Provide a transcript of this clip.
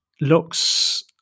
looks